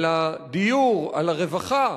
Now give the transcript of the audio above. על הדיור, על הרווחה,